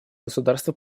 государство